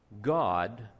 God